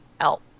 help